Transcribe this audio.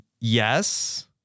yes